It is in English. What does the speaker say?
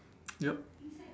yup